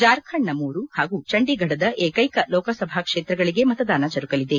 ಜಾರ್ಖಂಡ್ನ ಮೂರು ಹಾಗೂ ಚಂಡೀಗಢದ ಏಕೈಕ ಲೋಕಸಭಾ ಕ್ಷೇತ್ರಗಳಿಗೆ ಮತದಾನ ಜರುಗಲಿದೆ